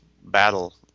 battle